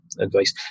advice